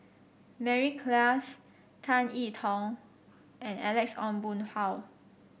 Mary Klass Tan I Tong and Alex Ong Boon Hau